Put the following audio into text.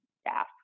staff